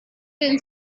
been